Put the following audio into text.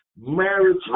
marriage